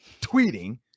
tweeting